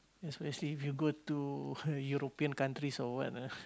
especially if you go to European counties or what ah